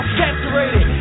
saturated